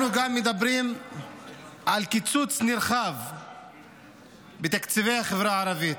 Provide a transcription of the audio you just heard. אנחנו גם מדברים על קיצוץ נרחב בתקציבי החברה הערבית.